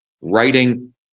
Writing